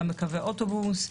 גם בקווי האוטובוס,